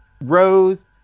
rose